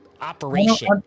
operation